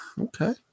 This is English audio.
Okay